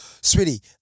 sweetie